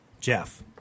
Jeff